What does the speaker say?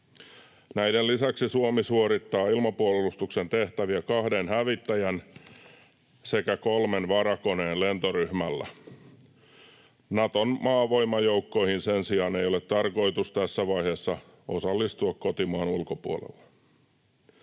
Näiden lisäksi Suomi suorittaa ilmapuolustuksen tehtäviä kahden hävittäjän sekä kolmen varakoneen lentoryhmällä. Naton maavoimajoukkoihin sen sijaan ei ole tarkoitus tässä vaiheessa osallistua kotimaan ulkopuolella.